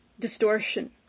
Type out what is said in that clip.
distortion